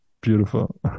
Beautiful